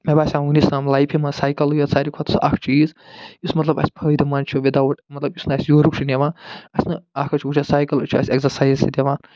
مےٚ باسیو وٕنِس تام لایفہِ منٛز سیکلٕے یوت ساروی کھۄت سُہ اکھ چیٖز یُس مطلب اَسہِ فٲیدٕ مند چھُ وِڈ آوُٹ مطلب یُس نہٕ اَسہِ یورُک چھُ نِوان اَسہِ نہٕ اکھ حظ چھُ وٕچھ حظ سایکل حظ چھُ اَسہِ اٮ۪کزرسایِز تہِ دِوان